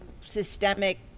systemic